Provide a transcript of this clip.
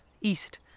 east